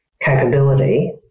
capability